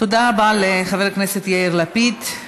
תודה רבה לחבר הכנסת יאיר לפיד.